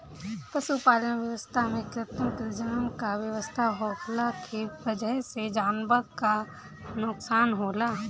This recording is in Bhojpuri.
पशुपालन व्यवस्था में कृत्रिम प्रजनन क व्यवस्था होखला के वजह से जानवरन क नोकसान होला